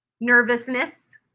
Nervousness